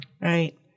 right